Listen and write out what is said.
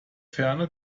ferne